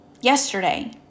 yesterday